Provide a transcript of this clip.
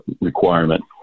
requirement